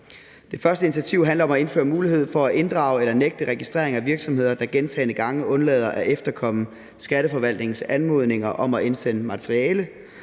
Det første initiativ handler om at indføre en mulighed for at inddrage eller nægte registrering af virksomheder, der gentagne gange undlader at efterkomme Skatteforvaltningens anmodninger om at indsende materiale.